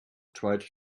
tried